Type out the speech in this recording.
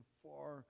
far